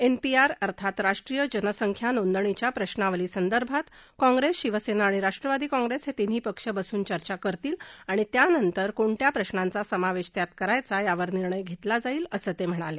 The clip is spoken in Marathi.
एनपीआर अर्थात राष्ट्रीय जनसंख्या नोदंणीच्या प्रश्नावली संदर्भात काँग्रेस शिवसेना आणि राष्ट्रवादी काँग्रेस हे तिन्ही पक्ष बसून चर्चा करतील आणि त्यानंतर कोणत्या प्रश्नांचा समावेश त्यात करायचा यावर निर्णय घेतला जाईल असं ते म्हणाले